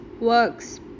works